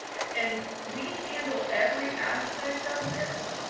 and we handle every aspect of this